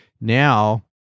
now